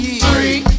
three